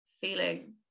feeling